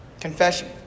Confession